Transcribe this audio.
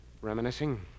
reminiscing